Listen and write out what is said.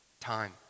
Time